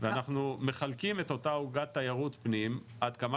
ואנחנו מחלקים את אותה עוגת תיירות פנים עד כמה